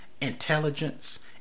intelligence